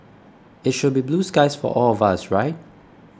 it should be blue skies for all of us right